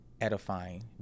edifying